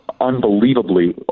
unbelievably